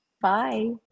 bye